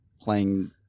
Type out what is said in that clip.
playing